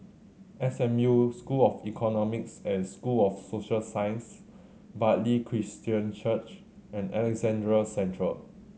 S M U School of Economics and School of Social Sciences Bartley Christian Church and Alexandra Central